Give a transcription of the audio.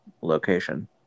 location